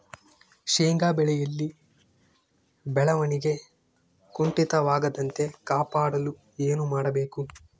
ಶೇಂಗಾ ಬೆಳೆಯಲ್ಲಿ ಬೆಳವಣಿಗೆ ಕುಂಠಿತವಾಗದಂತೆ ಕಾಪಾಡಲು ಏನು ಮಾಡಬೇಕು?